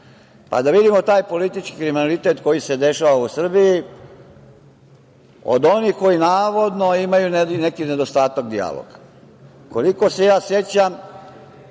pa da vidimo taj politički kriminalitet koji se dešava u Srbiji od onih koji navodno imaju neki nedostatak dijaloga. Koliko se ja sećam,